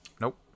Nope